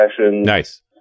Nice